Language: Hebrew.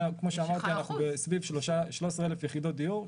כפי שאמרתי סביב 13,000 יחידות דיור,